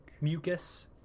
mucus